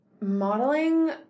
modeling